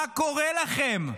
מה קורה לכם?